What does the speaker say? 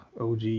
OG